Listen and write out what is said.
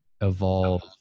evolve